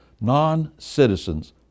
non-citizens